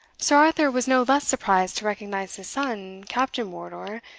sir arthur was no less surprised to recognise his son, captain wardour,